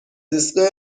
ایستگاه